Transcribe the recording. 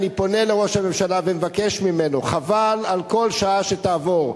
אני פונה לראש הממשלה ומבקש ממנו: חבל על כל שעה שתעבור.